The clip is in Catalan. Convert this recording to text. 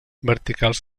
verticals